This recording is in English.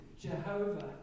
Jehovah